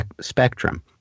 spectrum